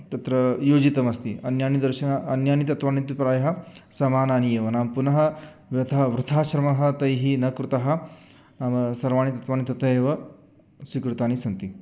तत्र योजितमस्ति अन्यानि दर्शनानि अन्यानि तत्त्वानि प्रायः समानानि एव नाम पुनः व्यथा वृथा श्रमः तैः न कृतः नाम सर्वाणि तत्त्वानि तथैव स्वीकृतानि सन्ति